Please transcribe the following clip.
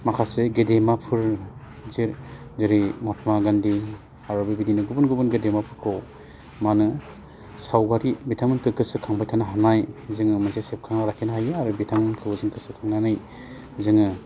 माखासे गेदेमाफोर जेरै महत्मा गान्धि आरो बेबायदिनो गुबुन गुबुन गेदेमाफोरखौ मानो सावगारि बिथांमोनखौ गोसो खांबाय थानो हानाय जों मोनसे सेबखांना लाखिनो हायो आरो बिथांमोनखौ जों गोसो खांनानै जोङो